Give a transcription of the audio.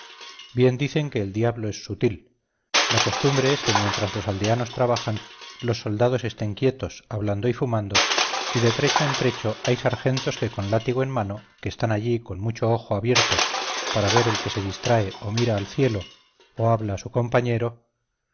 bien dicen que el diablo es sutil la costumbre es que mientras los aldeanos trabajan los soldados estén quietos hablando y fumando y de trecho en trecho hay sargentos que con látigo en mano que están allí con mucho ojo abierto para ver el que se distrae o mira al cielo o habla a su compañero